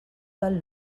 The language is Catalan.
del